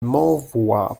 m’envoie